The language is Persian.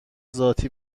ذاتی